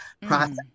process